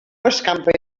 escampa